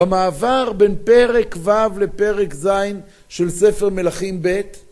במעבר בין פרק ו' לפרק ז' של ספר מלכים ב'.